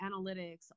analytics